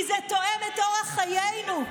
כי זה תואם את אורח חיינו?